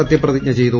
സത്യപ്രതിജ്ഞ ചെയ്തു